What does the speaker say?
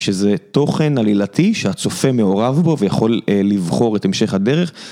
שזה תוכן עלילתי שהצופה מעורב בו ויכול לבחור את המשך הדרך.